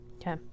Okay